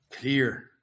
clear